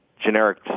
generic